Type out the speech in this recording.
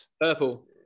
Purple